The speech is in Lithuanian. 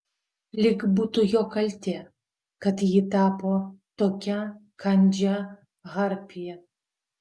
lyg būtų jo kaltė kad ji tapo tokia kandžia harpija